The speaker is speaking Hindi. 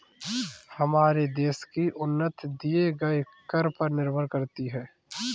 हमारे देश की उन्नति दिए गए कर पर निर्भर करती है